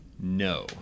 No